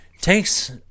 takes